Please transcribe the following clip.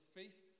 faith